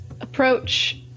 approach